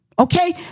Okay